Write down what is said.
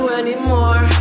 anymore